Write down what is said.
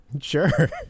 sure